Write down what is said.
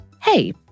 hey